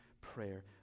prayer